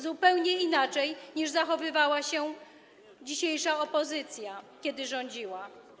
Zupełnie inaczej zachowywała się dzisiejsza opozycja, kiedy rządziła.